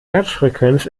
herzfrequenz